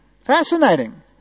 Fascinating